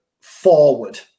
forward